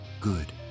Good